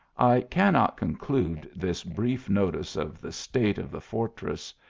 i can not conclude this brief notice of the state of the fortress,